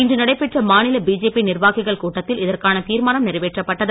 இன்று நடைபெற்ற மாநில பிஜேபி நிர்வாகிகள் கூட்டத்தில் இதற்கான தீர்மானம் நிறைவேற்றப்பட்டது